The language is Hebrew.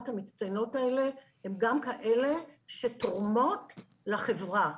המצטיינות האלה הן גם כאלה שתורמות לחברה.